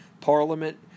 Parliament